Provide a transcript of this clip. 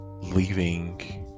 Leaving